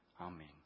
amen